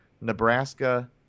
Nebraska